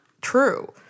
true